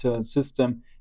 system